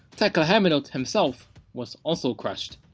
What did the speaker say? tekle haimanot himself was also crushed.